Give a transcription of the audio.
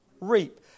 reap